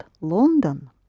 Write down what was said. London